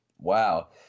Wow